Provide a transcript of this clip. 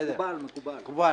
מקובל, מקובל.